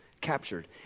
captured